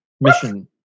mission